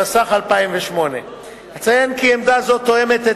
התשס"ח 2008. אציין כי עמדה זו תואמת את